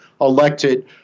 elected